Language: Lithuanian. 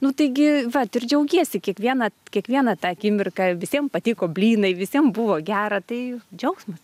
nu taigi vat tik džiaugiesi kiekviena kiekviena ta akimirka visiem patiko blynai visiem buvo gera tai džiaugsmas